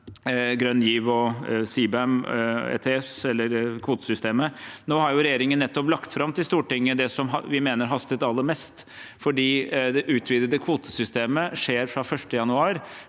grønn giv, CBAM og ETS – eller kvotesystemet. Regjeringen har nettopp lagt fram for Stortinget det vi mener hastet aller mest, for det utvidete kvotesystemet skjer fra 1. januar,